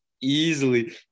easily